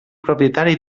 propietari